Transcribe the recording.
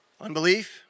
unbelief